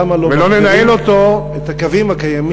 למה לא מתגברים את הקווים הקיימים.